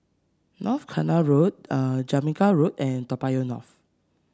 North Canal Road Jamaica Road and Toa Payoh North